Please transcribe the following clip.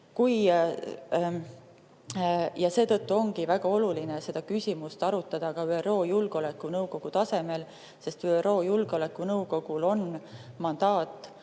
Seetõttu ongi väga oluline seda küsimust arutada ka ÜRO Julgeolekunõukogu tasemel, sest julgeolekunõukogul on mandaat